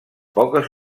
poques